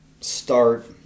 start